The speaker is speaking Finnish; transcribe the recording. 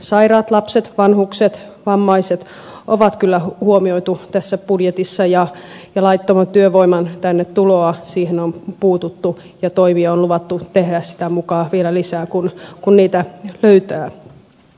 sairaat lapset vanhukset vammaiset on kyllä huomioitu tässä budjetissa ja laittoman työvoiman tänne tuloon on puututtu ja toimia on luvattu tehdä vielä lisää sitä mukaa kun niitä löytää